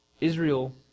Israel